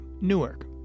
Newark